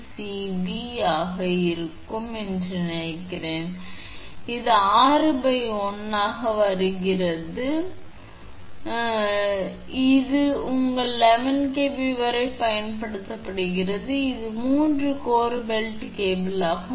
167 தோராயமாகும் 26 சமன்பாடு 29 சரி இதை நீங்கள் உங்கள் 3 கோர் பெல்ட் கேபிள் என்று அழைக்கிறீர்கள் அது உங்கள் 11 KVவரை பயன்படுத்தப்படுகிறது மற்றும் இது 3 கோர் பெல்ட் கேபிள் ஆகும்